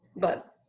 but,